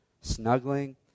snuggling